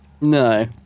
No